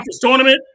tournament